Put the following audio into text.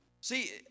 See